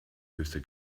höchste